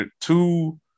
two